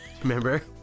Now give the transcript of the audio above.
Remember